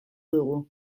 dugu